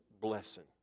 blessing